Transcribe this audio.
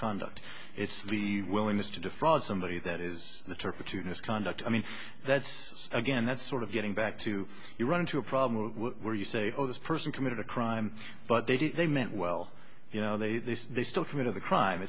misconduct it's the willingness to defraud somebody that is the turpitude misconduct i mean that's again that's sort of getting back to you run into a problem where you say oh this person committed a crime but they didn't they meant well you know they this they still committed the crime